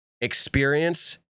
Experience